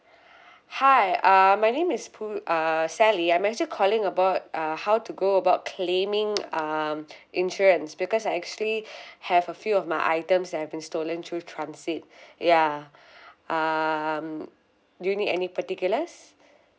hi uh my name is pol~ uh sally I'm actually calling about uh how to go about claiming um insurance because I actually have a few of my items that have been stolen through transit ya um do you need any particulars